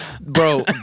bro